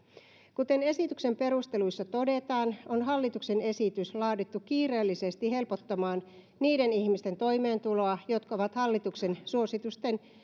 kuten esityksen perusteluissa todetaan on hallituksen esitys laadittu kiireellisesti helpottamaan niiden ihmisten toimeentuloa jotka ovat hallituksen suositusten